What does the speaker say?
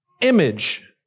image